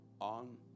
on